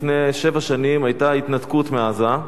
לפני שבע שנים היתה ההתנתקות מעזה,